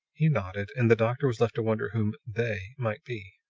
he nodded and the doctor was left to wonder whom they might be.